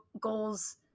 goals